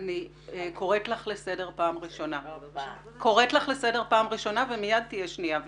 אני קוראת לך לסדר פעם ראשונה ומיד תהיה שנייה ושלישית.